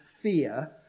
fear